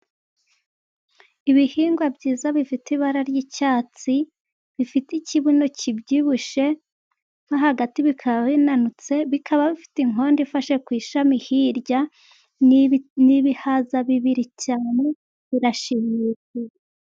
Ibihingwa byiza bifite ibara ry'icyatsi, bifite ikibuno kibyibushye mo hagati bikaba binanutse, biikaba bifite inkondo ifashe ku ishami hirya, ni ibihaza bibiri cyane birashimishije.